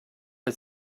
had